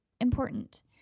important